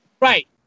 Right